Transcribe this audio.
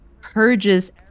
purges